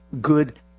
Good